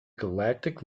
galactic